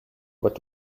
what